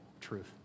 truth